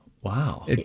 Wow